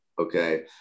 Okay